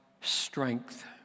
strength